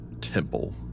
temple